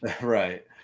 right